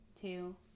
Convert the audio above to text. two